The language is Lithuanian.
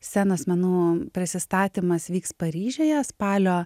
scenos menų prisistatymas vyks paryžiuje spalio